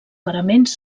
paraments